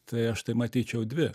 tai aš tai matyčiau dvi